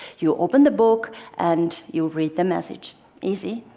you open the book and you read the message easy.